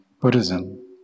Buddhism